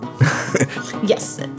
Yes